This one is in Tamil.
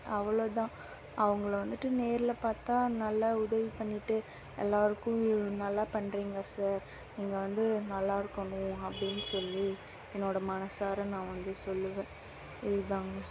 அவ்வளோதான் அவங்களை வந்துட்டு நேரில் பார்த்தா நல்லா உதவி பண்ணிகிட்டு எல்லாேருக்கும் நல்லா பண்ணுறிங்க சார் நீங்கள் வந்து நல்லா இருக்கணும் அப்படின் சொல்லி என்னோட மனசார நான் வந்து சொல்லுவேன் இதுதாங்க